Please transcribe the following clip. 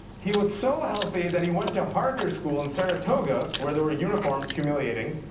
he was so healthy that he went to harker school in saratoga where there were uniforms humiliating.